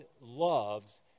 loves